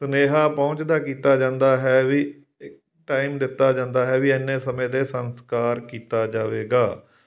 ਸੁਨੇਹਾ ਪਹੁੰਚਦਾ ਕੀਤਾ ਜਾਂਦਾ ਹੈ ਵੀ ਇੱਕ ਟਾਈਮ ਦਿੱਤਾ ਜਾਂਦਾ ਹੈ ਵੀ ਐਨੇ ਸਮੇਂ ਦੇ ਸੰਸਕਾਰ ਕੀਤਾ ਜਾਵੇਗਾ